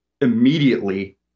immediately